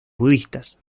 budistas